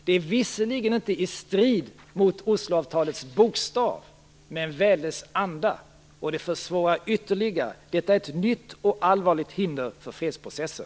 Det sker visserligen inte i strid mot Osloavtalets bokstav, men väl mot dess anda. Det försvårar fredsprocessen ytterligare, och det utgör ett nytt och allvarligt hinder för den.